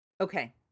okay